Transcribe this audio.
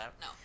No